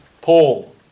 Paul